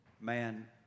man